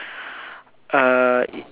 err